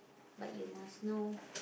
but you must know